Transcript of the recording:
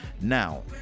Now